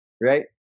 Right